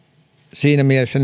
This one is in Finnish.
siinä mielessä